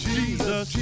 Jesus